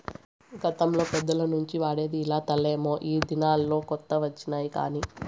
గతంలో పెద్దల నుంచి వాడేది ఇలా తలమే ఈ దినాల్లో కొత్త వచ్చినాయి కానీ